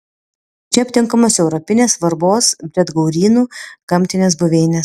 čia aptinkamos europinės svarbos briedgaurynų gamtinės buveinės